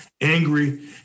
angry